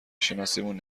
شناسیمون